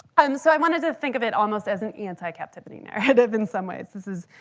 um so i wanted to think of it almost as an anti-captivity narrative. in some ways this is,